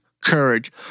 courage